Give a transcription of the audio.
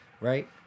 Right